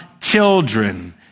children